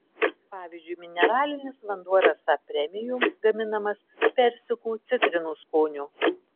pavyzdžiui mineralinis vanduo rasa premium gaminamas persikų citrinų skonio